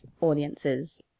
audiences